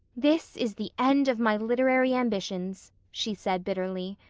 this is the end of my literary ambitions, she said bitterly.